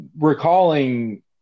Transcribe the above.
recalling